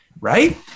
right